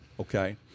okay